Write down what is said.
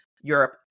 Europe